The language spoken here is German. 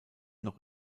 noch